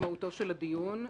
מהותו של הדיון.